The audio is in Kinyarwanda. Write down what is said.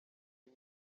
iyi